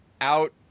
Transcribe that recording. out